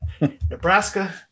Nebraska